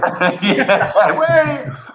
Yes